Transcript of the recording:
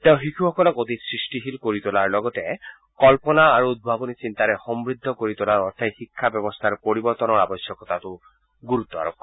তেওঁ শিশুসকলক অধিক সৃষ্টিশীল কৰি তোলাৰ লগতে কল্পনা আৰু উদ্ভাৱনী চিন্তাৰে সমৃদ্ধ কৰি তোলাৰ অৰ্থে শিক্ষা ব্যৱস্থাৰ পৰিৱৰ্তনৰ আৱশ্যকতাত গুৰুত্ব আৰোপ কৰে